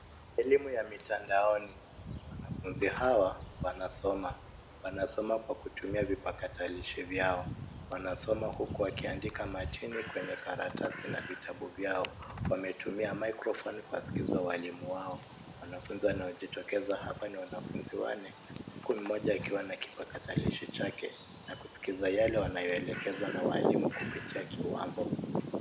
Elimu ya mitandaoni. Wanafunzi hawa wanasoma. Wanasoma kwa kutumia vipakatalishi vyao. Wanasoma huku wakiandika machini kwenye karatasi na vitabu vyao. Wametumia microphone kuwasikiza walimu wao. Wanafunzi wanaojitokeza hapa ni wanafunzi wanne huku mmoja akiwa na kipakatalishi chake na kusikiza yale wanayoelekezwa na walimu kupitia kiwambo.